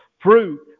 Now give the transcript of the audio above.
fruit